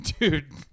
dude